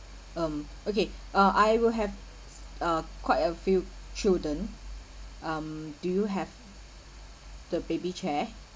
mm okay uh I will have uh quite a few children um do you have the baby chair